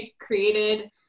created